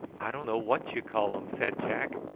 i don't know what you call em, said jack.